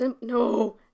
No